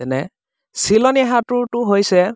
যেনে চিলনী সাঁতোৰটো হৈছে